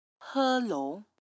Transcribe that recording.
Hello